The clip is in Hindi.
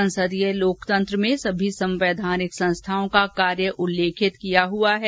संसदीय लोकतंत्र में सभी संवैधानिक संस्थाओं का कार्य उल्लेखित किया हुआ है